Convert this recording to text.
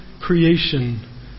creation